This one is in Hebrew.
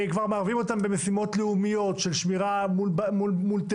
כבר מערבים אותם במשימות לאומיות של שמירה מול טרור,